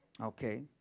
Okay